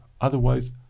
Otherwise